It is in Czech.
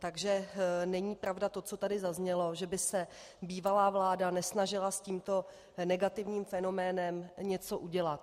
Takže není pravda to, co tady zaznělo, že by se bývalá vláda nesnažila s tímto negativním fenoménem něco udělat.